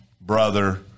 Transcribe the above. brother